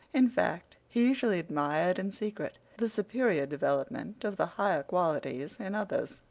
in fact, he usually admired in secret the superior development of the higher qualities in others.